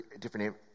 different